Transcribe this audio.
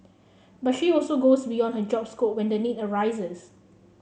but she also goes beyond her job scope when the need arises